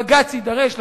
בג"ץ יידרש לסוגיה,